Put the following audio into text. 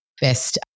best